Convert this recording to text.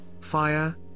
fire